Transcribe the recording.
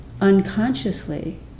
unconsciously